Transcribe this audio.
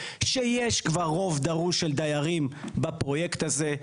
שיש כבר רוב דרוש של דיירים בפרויקט הזה,